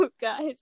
guys